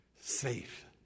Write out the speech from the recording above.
Safe